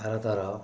ଭାରତର